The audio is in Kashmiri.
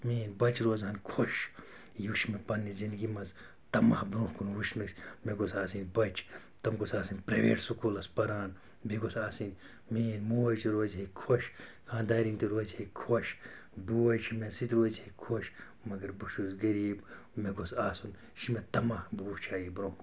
میٛٲنۍ بَچہِ روزِ ہان خۄش یہِ وُچھ مےٚ پَننہِ زِندگی منٛز طمع برۄنٛہہ کُن وُچھنَس مےٚ گوٚژھ آسٕنۍ بَچہِ تِم گوٚژھ آسٕنۍ پرٛایویٹ سکوٗلَس پَران بیٚیہِ گوٚژھ آسٕنۍ میٛٲنۍ موج روزِ ہے خۄش خانٛدارِنۍ تہِ روزِ ہے خۄش بھوے چھُ مےٚ سُہ تہِ روزِ ہے خۄش مگر بہٕ چھُس غریٖب مےٚ گوٚژھ آسُن یہِ چھُ مےٚ طمع بہٕ وُچھہِ ہا یہِ برٛۄنٛہہ کُن